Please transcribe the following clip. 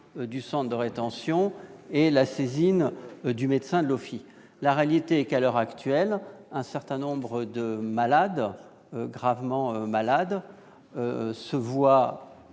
du centre de rétention et la saisine du médecin de l'OFII. À l'heure actuelle, un certain nombre de personnes gravement malades se voient